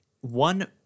one